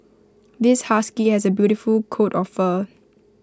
this husky has A beautiful coat of fur